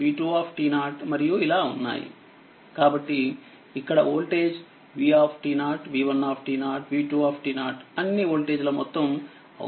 కాబట్టి ఇక్కడ voltage v v1 v2 అన్ని వోల్టేజ్ ల మొత్తం అవుతుంది